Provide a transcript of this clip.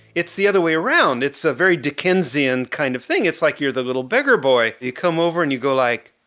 it's the other way around. it's a very dickens-ian kind of thing. it's like you're the little beggar boy. you come over and you go like,